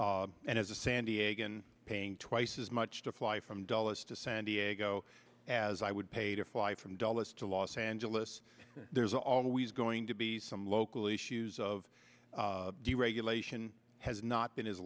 and as a san diego and paying twice as much to fly from dulles to san diego as i would pay to fly from dulles to los angeles there's always going to be some local issues of deregulation has not been